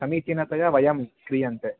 समीचीनतया वयं क्रियन्ते